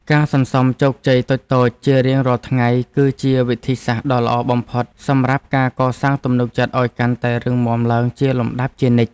ការសន្សំជោគជ័យតូចៗជារៀងរាល់ថ្ងៃគឺជាវិធីសាស្ត្រដ៏ល្អបំផុតសម្រាប់ការកសាងទំនុកចិត្តឱ្យកាន់តែរឹងមាំឡើងជាលំដាប់ជានិច្ច។